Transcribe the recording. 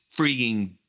freaking